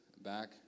back